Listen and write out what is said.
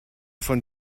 von